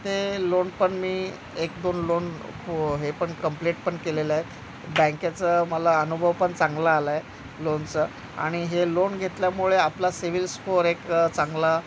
ते लोनपण मी एक दोन लोन हो हे पण कंप्लीटपण केलेलं आहे बँकेचं मला अनुभवपण चांगला आला आहे लोनचं आणि हे लोन घेतल्यामुळे आपला सिविल स्कोर एक चांगला